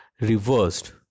reversed